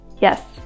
Yes